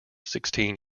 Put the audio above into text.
sixteen